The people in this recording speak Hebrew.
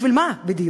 בשביל מה בדיוק?